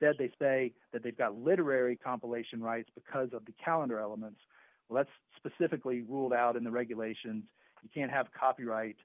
that they say that they've got literary compilation rights because of the calendar elements let's specifically ruled out in the regulations you can't have copyright